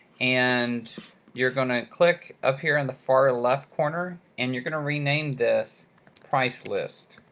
and you're going to click up here on the far left corner, and you're going to rename this price list.